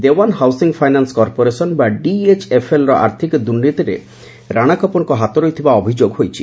Dewan housing finance corporation ବା ଡିଏଚ୍ଏଫ୍ଏଲ୍ର ଆର୍ଥିକ ଦୁର୍ନୀତିରେ ରାଶା କପୁରଙ୍କର ହାତ ରହିଥିବା ଅଭିଯୋଗ ହୋଇଛି